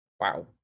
wow